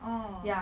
orh